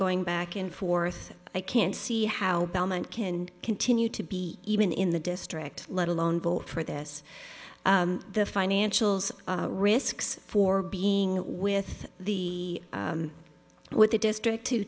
going back and forth i can't see how belmont can continue to be even in the district let alone vote for this the financials risks for being with the with the district to